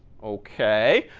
ok.